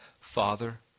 Father